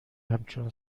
همچون